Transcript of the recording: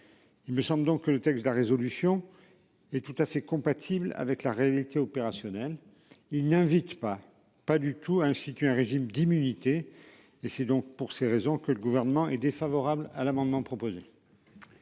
Il me semble donc que le texte de la résolution. Et tout à fait compatibles avec la réalité opérationnelle il n'invite pas pas du tout institué un régime d'immunité et c'est donc pour ces raisons que le gouvernement est défavorable à l'amendement proposé.